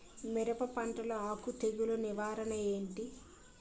మిరప పంటలో ఆకు తెగులు నివారణ ఏంటి?